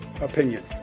opinion